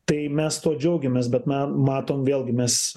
tai mes tuo džiaugiamės bet na matom vėlgi mes